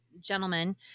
gentlemen